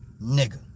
nigga